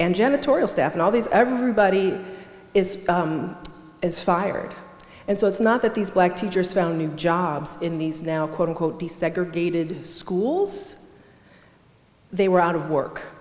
tauriel staff and all these everybody is as fired and so it's not that these black teachers found new jobs in these now quote unquote the segregated schools they were out of work